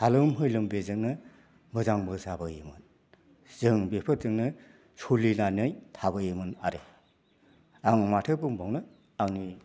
हालोम मैलोम बेजोंनो मोजांबो जाबोयोमोन जों बेफोरजोंनो सोलिनानै थाबोयोमोन आरो आं माथो बुंबावनो आंनि